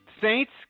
Saints